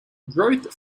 growth